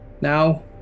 now